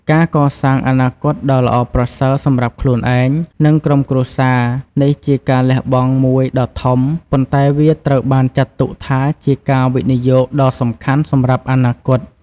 ការកសាងអនាគតដ៏ល្អប្រសើរសម្រាប់ខ្លួនឯង និងក្រុមគ្រួសារ នេះជាការលះបង់មួយដ៏ធំ ប៉ុន្តែវាត្រូវបានចាត់ទុកថាជាការវិនិយោគដ៏សំខាន់សម្រាប់អនាគត។